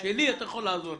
לי אתה יכול לעזור.